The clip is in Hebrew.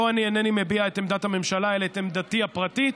פה אני אינני מביע את עמדת הממשלה אלא את עמדתי הפרטית,